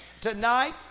tonight